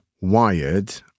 wired